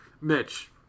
Mitch